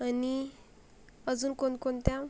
आणि अजून कोणकोणत्या